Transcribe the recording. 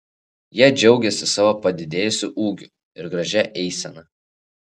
jie džiaugėsi savo padidėjusiu ūgiu ir gražia eisena